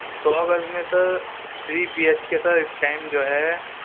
سو گز میں sir three B H K sir اس ٹائم جو ہے